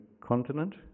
continent